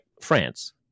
France –